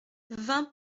vingt